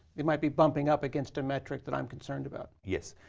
you might be bumping up against a metric that i'm concerned about. yes.